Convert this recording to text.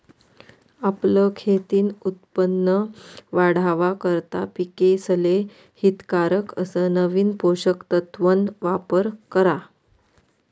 आपलं खेतीन उत्पन वाढावा करता पिकेसले हितकारक अस नवीन पोषक तत्वन वापर करा